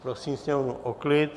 Prosím sněmovnu o klid.